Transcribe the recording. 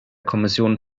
kommission